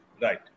right